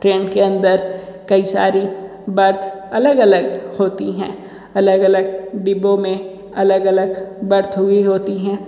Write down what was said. train के अंदर कई सारी बर्थ अलग अलग होती हैं अलग अलग डिब्बों में अलग अलग बर्थ हुई होती हैं